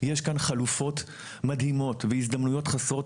יש כאן חלופות מדהימות והזדמנויות חסרות